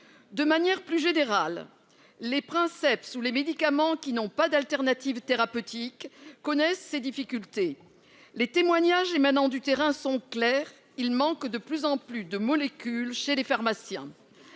De manière plus générale, ce sont les princeps ou les médicaments qui n'ont pas de solution thérapeutique de substitution qui connaissent ces difficultés. Les témoignages émanant du terrain sont clairs : il manque de plus en plus de molécules chez les pharmaciens.